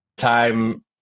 time